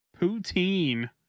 Poutine